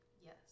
yes